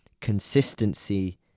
consistency